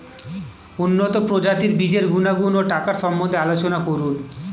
উন্নত প্রজাতির বীজের গুণাগুণ ও টাকার সম্বন্ধে আলোচনা করুন